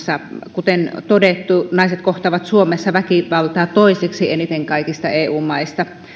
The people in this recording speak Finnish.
kuten todettu naiset kohtaavat suomessa väkivaltaa toiseksi eniten kaikista eu maista